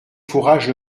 fourage